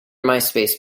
myspace